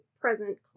present